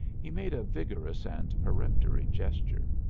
he made a vigorous and peremptory gesture.